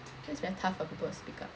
so it's very tough for people to speak up